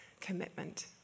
commitment